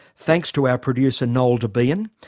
thanks to our producer noel debien.